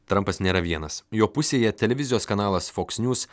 trampas nėra vienas jo pusėje televizijos kanalas fox news